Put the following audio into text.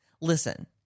listen